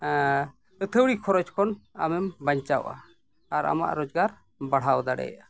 ᱟᱹᱛᱷᱟᱹᱲᱤ ᱠᱷᱚᱨᱚᱪ ᱠᱷᱚᱱ ᱟᱢᱮᱢ ᱵᱟᱧᱪᱟᱣᱜᱼᱟ ᱟᱨ ᱟᱢᱟᱜ ᱨᱳᱡᱽᱜᱟᱨ ᱵᱟᱲᱦᱟᱣ ᱫᱟᱲᱮᱭᱟᱜᱼᱟ